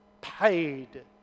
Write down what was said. paid